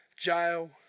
jail